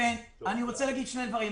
אני רוצה להגיד שני דברים.